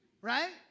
Right